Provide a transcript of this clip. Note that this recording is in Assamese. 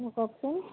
কওকচোন